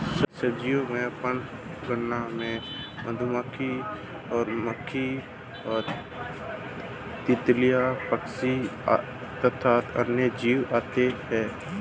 सजीव परागणक में मधुमक्खी, मक्खी, तितलियां, पक्षी तथा अन्य जीव आते हैं